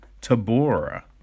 Tabora